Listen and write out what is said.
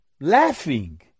laughing